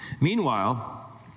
Meanwhile